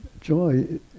joy